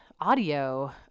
audio